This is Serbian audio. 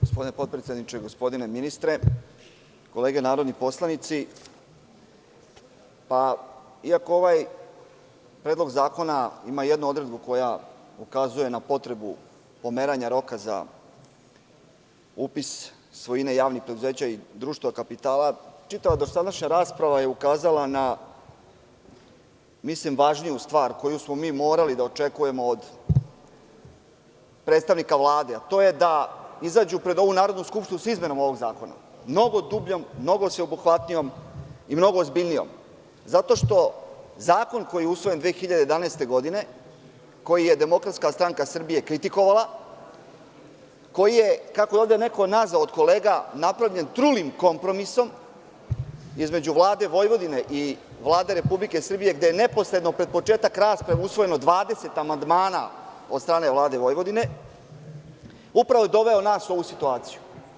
Gospodine potpredsedniče, gospodine ministre, kolege narodni poslanici, iako ovaj predlog zakona ima jednu odredbu koja ukazuje na potrebu pomeranja roka za upis svojine javnih preduzeća i društva kapitala, čitava dosadašnja rasprava je ukazala na, mislim, važniju stvar koju smo mi morali da očekujemo od predstavnika Vlade, a to je da izađu pred ovu Narodnu skupštinu sa izmenom ovog zakona mnogo dubljom, mnogo sveobuhvatnijom i mnogo ozbiljnijom, zato što je zakon koji je usvojen 2011. godine, koji je DSS kritikovala, koji je, kako je ovde neko nazvao od kolega, napravljen trulim kompromisom između Vlade Vojvodine i Vlade Republike Srbije, gde je neposredno pred početak rasprave usvojeno 20 amandman od strane Vlade Vojvodine, upravo je doveo nas u ovu situaciju.